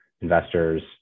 investors